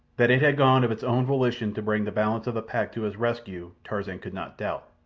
that it had gone of its own volition to bring the balance of the pack to his rescue, tarzan could not doubt.